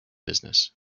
business